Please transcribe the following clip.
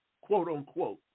quote-unquote